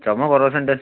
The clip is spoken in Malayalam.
ചുമ കുറേ ദിവസമുണ്ട്